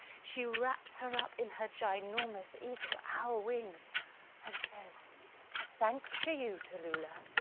she wraps her up in her ginormous eagle owl wings and says thanks to you tallulah,